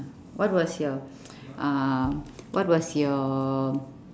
what was your uh what was your